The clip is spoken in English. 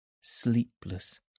sleepless